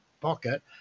pocket